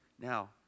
Now